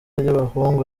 ry’abahungu